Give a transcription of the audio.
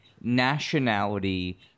nationality